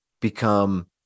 become